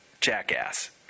jackass